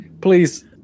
please